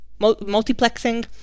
multiplexing